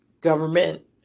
government